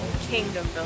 kingdom